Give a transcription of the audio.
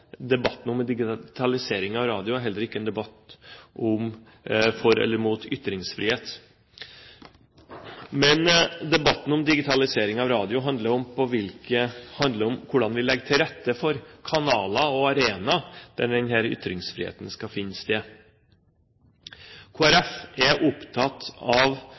Debatten om digitalisering av radio er heller ikke en debatt for eller imot ytringsfrihet, men debatten handler om hvordan vi legger til rette for kanaler og arenaer der denne ytringsfriheten skal finne sted. Kristelig Folkeparti er opptatt av